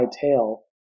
tail